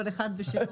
כל אחד בשלו.